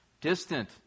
distant